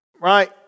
right